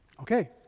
Okay